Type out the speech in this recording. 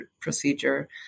procedure